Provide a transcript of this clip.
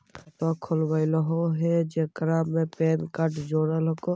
खातवा खोलवैलहो हे जेकरा मे पैन कार्ड जोड़ल हको?